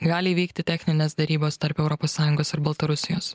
gali įvykti techninės derybos tarp europos sąjungos ir baltarusijos